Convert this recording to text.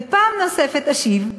ופעם נוספת אשיב.